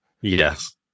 yes